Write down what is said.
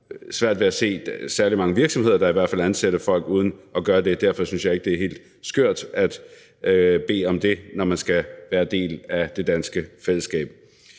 hvert fald er særlig mange virksomheder, der ansætter folk uden at have det. Derfor synes jeg ikke, det er helt skørt at bede om det, når mennesker skal være en del af det danske fællesskab.